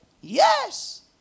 Yes